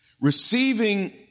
receiving